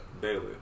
Daily